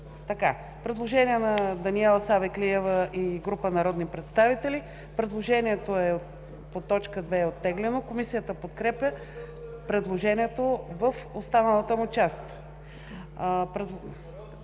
Предложението по т. 2 е оттеглено. Комисията подкрепя предложението в останалата му част.